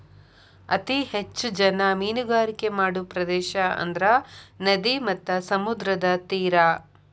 ಅತೇ ಹೆಚ್ಚ ಜನಾ ಮೇನುಗಾರಿಕೆ ಮಾಡು ಪ್ರದೇಶಾ ಅಂದ್ರ ನದಿ ಮತ್ತ ಸಮುದ್ರದ ತೇರಾ